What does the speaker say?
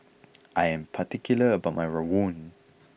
I am particular about my rawon